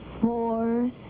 four